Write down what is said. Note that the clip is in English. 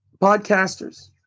podcasters